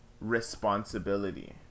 responsibility